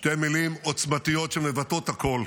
שתי מילים עוצמתיות שמבטאות הכול,